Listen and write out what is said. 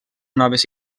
noves